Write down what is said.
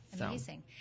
amazing